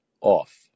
off